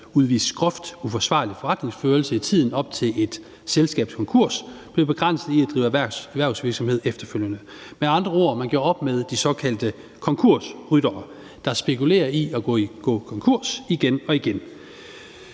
udvist groft uforsvarlig forretningsførelse i tiden op til et selskabs konkurs, blev begrænset i at drive erhvervsvirksomhed efterfølgende. Med andre ord gjorde man op med de såkaldte konkursryttere, der spekulerer i at gå konkurs igen og igen.